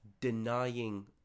denying